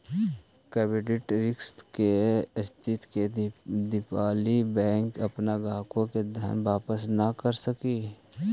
credit risk के स्थिति में दिवालि बैंक अपना ग्राहक के धन वापस न कर सकऽ हई